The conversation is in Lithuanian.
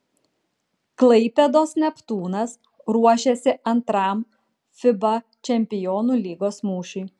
klaipėdos neptūnas ruošiasi antram fiba čempionų lygos mūšiui